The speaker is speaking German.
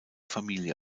familie